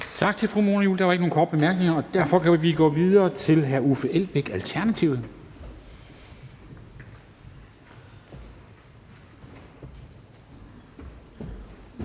Tak til fru Mona Juul. Der var ikke nogen korte bemærkninger, og derfor kan vi gå videre til hr. Uffe Elbæk, Alternativet.